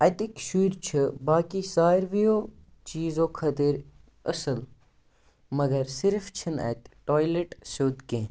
اَتِکۍ شُرۍ چھِ باقی سارویو چیٖزو خٲطر أصٕل مگر صِرف چھِنہٕ اَتہِ ٹایلٮ۪ٹ سیوٚد کینٛہہ